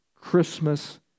Christmas